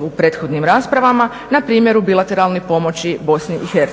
u prethodnim raspravama npr. u bilateralnoj pomoći BIH.